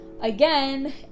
again